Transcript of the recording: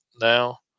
now